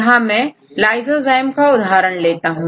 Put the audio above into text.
यहां में iysozyme का उदाहरण लेता हूं